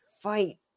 fight